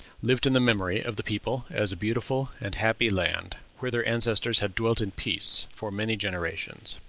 lived in the memory of the people as a beautiful and happy land, where their ancestors had dwelt in peace for many generations.